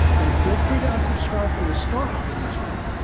then feel free to unsubscribe from the star hopping newsletter.